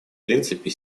принципе